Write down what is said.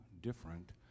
different